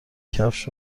کفش